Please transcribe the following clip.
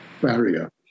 barrier